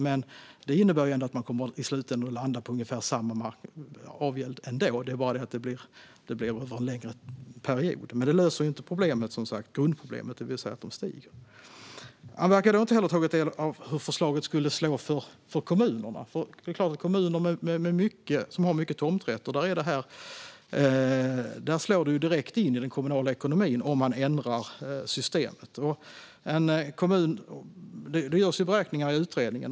Men det innebär att man i slutänden ändå kommer att landa på ungefär samma markavgäld. Det blir bara under en längre period. Men det löser som sagt inte grundproblemet, det vill säga att avgälderna stiger. Larry Söder verkar inte heller ha tagit del av hur förslaget skulle slå för kommunerna. För kommuner som har mycket tomträtter skulle det slå direkt på den kommunala ekonomin om man ändrar systemet. Det har gjorts beräkningar i utredningen.